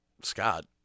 Scott